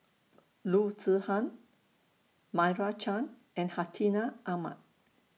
Loo Zihan Meira Chand and Hartinah Ahmad